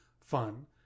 fun